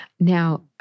Now